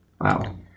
Wow